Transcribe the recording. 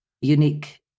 unique